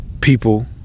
People